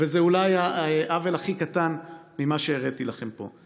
וזה אולי העוול הכי קטן ממה שהראיתי לכם פה.